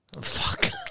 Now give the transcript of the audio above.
Fuck